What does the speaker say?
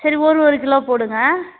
சரி ஒரு ஒரு கிலோ போடுங்க